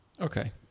Okay